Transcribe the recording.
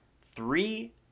three